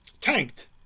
tanked